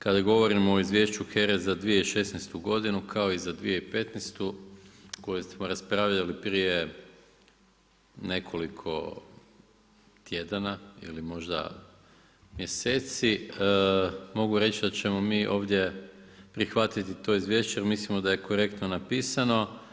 Kada govorimo o izvješću HERA-e za 2016. godinu kao i za 2015. koje smo raspravljali prije nekoliko tjedana ili možda mjeseci, mogu reći da ćemo mi ovdje prihvatiti to izvješće jer mislimo da je korektno napisano.